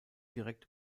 direkt